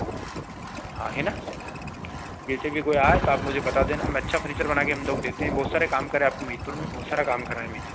हाँ हाँ है ना जैसे भी कोई आए तो आप मुझे बता देना मैं अच्छा फ़र्नीचर बना के हम लोग देते हें बहुत सारे काम करे आपके महिदपुर में बहुत सारा काम करा है मैंने